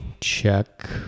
Check